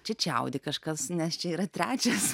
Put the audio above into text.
čia čiaudi kažkas nes čia yra trečias